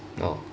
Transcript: oh